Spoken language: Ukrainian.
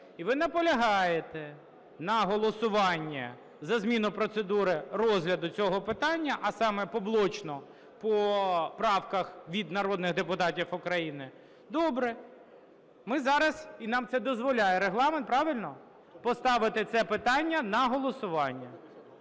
і ви наполягаєте на голосуванні за зміну процедури розгляду цього питання, а саме поблочно по правках від народних депутатів України, добре. Ми зараз, і нам це дозволяє Регламент, правильно, поставити це питання на голосування.